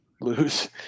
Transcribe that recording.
lose